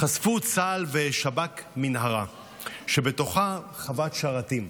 חשפו צה"ל ושב"כ מנהרה שבתוכה חוות שרתים.